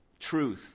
truth